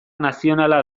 nazionala